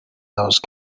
those